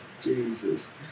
Jesus